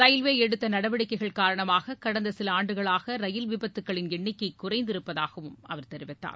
railway எடுத்த நடவடிக்கைகள் காரணமாக கடந்த சில ஆண்டுகளாக ரயில் விபத்துக்களின் எண்ணிக்கை குறைந்திருப்பதாகவும் அவர் தெரிவித்தார்